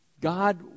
God